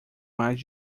mais